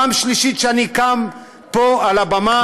פעם שלישית שאני קם פה על הבמה,